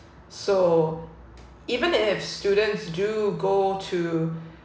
so even if students do go to